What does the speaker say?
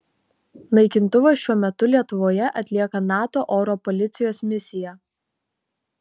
naikintuvas šiuo metu lietuvoje atlieka nato oro policijos misiją